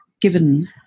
given